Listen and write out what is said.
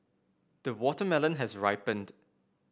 the watermelon has ripened